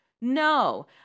no